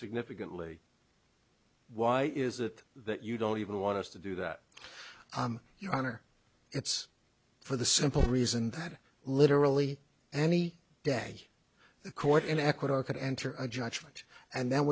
significantly why is it that you don't even want us to do that your honor it's for the simple reason that literally any day the court in ecuador could enter a judgment and th